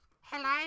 Hello